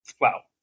Wow